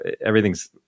everything's